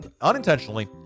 unintentionally